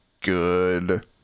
good